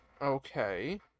Okay